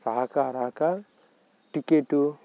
రాకరాక ticket